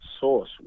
source